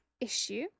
issue